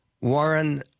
Warren